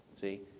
See